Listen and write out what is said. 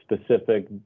specific